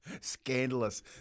Scandalous